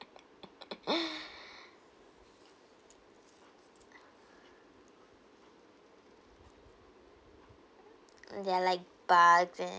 there are like bugs and